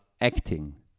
acting